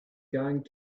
going